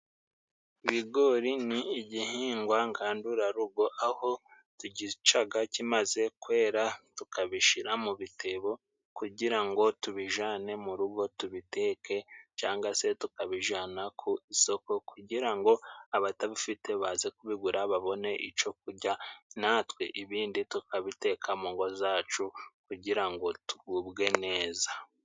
Ibigori ni igihingwa ngandurarugo aho tugicaga kimaze kwera tukabishira mu bitebo, kugira ngo tubijane mu rugo tubiteke cangwa se tukabijana ku isoko, kugira ngo abatabifite baze kubigura babone ico kujya, natwe ibindi tukabiteka mu ngo zacu kugira ngo tugubwe neza.